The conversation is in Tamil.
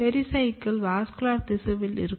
பெரிசைக்கிள் வாஸ்குலர் திசுவில் இருக்கும்